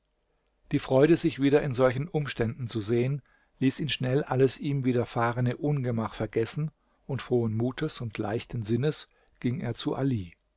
die freude sich wieder in solchen umständen zu sehen ließ ihn schnell alles ihm widerfahrene ungemach vergessen und frohen mutes und leichten sinnes ging er zu ali